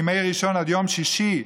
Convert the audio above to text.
מיום ראשון עד יום שישי,